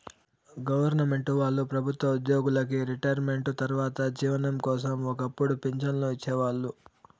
government వాళ్ళు ప్రభుత్వ ఉద్యోగులకి రిటైర్మెంటు తర్వాత జీవనం కోసం ఒక్కపుడు పింఛన్లు ఇచ్చేవాళ్ళు